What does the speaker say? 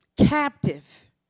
Captive